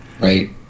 Right